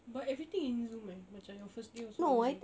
but everything in Zoom eh macam your first day also in Zoom